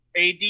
AD